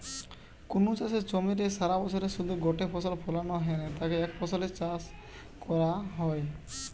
কুনু চাষের জমিরে সারাবছরে শুধু গটে ফসল ফলানা হ্যানে তাকে একফসলি চাষ কয়া হয়